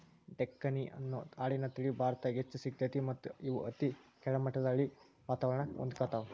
ಡೆಕ್ಕನಿ ಅನ್ನೋ ಆಡಿನ ತಳಿ ಭಾರತದಾಗ್ ಹೆಚ್ಚ್ ಸಿಗ್ತೇತಿ ಮತ್ತ್ ಇವು ಅತಿ ಕೆಳಮಟ್ಟದ ಹಳ್ಳಿ ವಾತವರಣಕ್ಕ ಹೊಂದ್ಕೊತಾವ